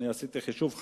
אני עשיתי חישוב,